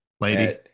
lady